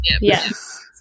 Yes